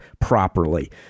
properly